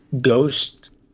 ghost